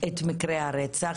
את מקרי הרצח,